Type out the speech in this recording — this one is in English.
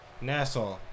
Nassau